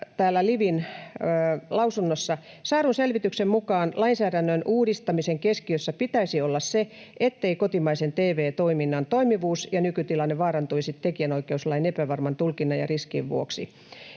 Täällä LiVin lausunnossa todetaan: ”Saadun selvityksen mukaan lainsäädännön uudistamisen keskiössä pitäisi olla se, ettei kotimaisen tv-toiminnan toimivuus ja nykytilanne vaarantuisi tekijänoikeuslain epävarman tulkinnan ja riskien vuoksi.